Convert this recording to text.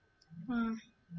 !wah!